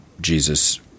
Jesus